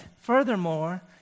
furthermore